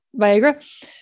Viagra